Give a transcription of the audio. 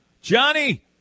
Johnny